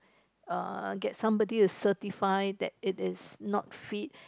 uh get somebody to certify that it is not fit